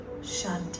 Shanti